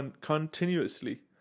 continuously